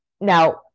now